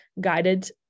guided